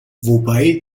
wobei